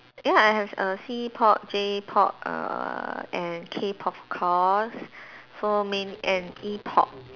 ya I have err C-pop J-pop err and K-pop of course so main and E-pop